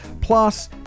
Plus